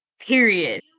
Period